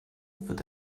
wird